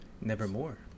Nevermore